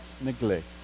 neglect